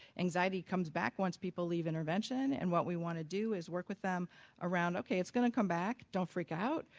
anxiety comes back once people leave intervention and what we want to do is work with them around okay, it's going to come back, don't freak out,